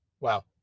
Wow